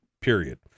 period